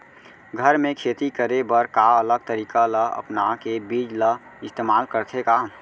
घर मे खेती करे बर का अलग तरीका ला अपना के बीज ला इस्तेमाल करथें का?